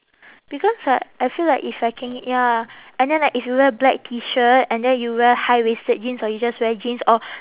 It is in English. because like I feel like if I can ya and then like if you wear black T shirt and then you wear high waisted jeans or you just wear jeans or